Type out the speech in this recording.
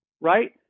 Right